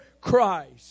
Christ